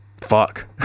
fuck